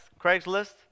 Craigslist